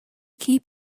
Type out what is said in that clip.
keep